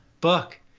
book